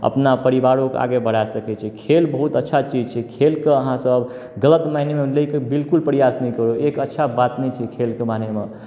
अपना परिवारोकेँ आगे बढ़ा सकै छी खेल बहुत अच्छा चीज छै खेलकेँ अहाँसभ गलत मायनेमे लयके बिल्कुल प्रयास नहि करबै एक अच्छा बात नहि छै खेलके मायनेमे